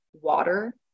water